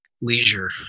leisure